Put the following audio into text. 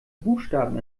buchstaben